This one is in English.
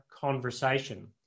conversation